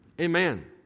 Amen